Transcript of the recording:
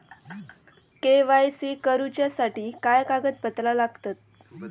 KYC करूच्यासाठी काय कागदपत्रा लागतत?